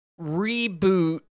reboot